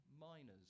miners